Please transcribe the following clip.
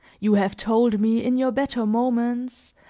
you have told me, in your better moments,